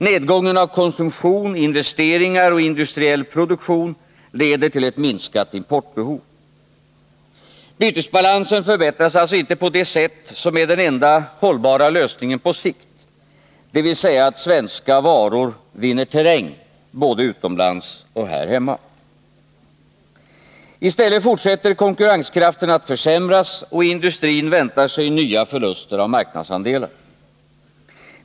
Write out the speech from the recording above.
Nedgången av konsumtion, investeringar och industriell produktion leder till ett minskat exportbehov. Bytesbalansen förbättras alltså inte på det sätt som är den enda hållbara lösningen på sikt, dvs. att svenska varor vinner terräng både utomlands och här hemma. I stället fortsätter konkurrenskraften att försämras, och industrin väntar sig nya förluster av marknadsandelar.